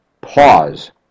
pause